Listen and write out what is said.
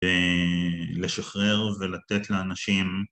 לשחרר ולתת לאנשים